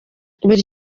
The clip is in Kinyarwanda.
buri